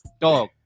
dog